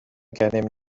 gennym